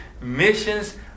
missions